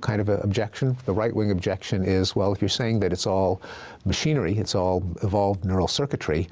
kind of ah objection. the right wing objection is well, if you're saying that it's all machinery, it's all evolved neural circuitry,